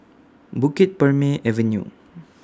Bukit Purmei Avenue